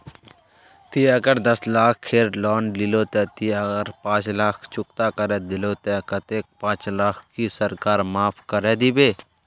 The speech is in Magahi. ती अगर दस लाख खेर लोन लिलो ते ती अगर पाँच लाख चुकता करे दिलो ते कतेक पाँच लाख की सरकार माप करे दिबे?